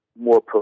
more